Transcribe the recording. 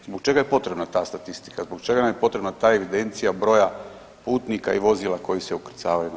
Zbog čega je potrebna ta statistika, zbog čega nam je potrebna ta evidencija broja putnika i vozila koji se ukrcavaju na brod?